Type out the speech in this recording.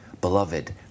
Beloved